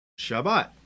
Shabbat